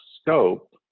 scope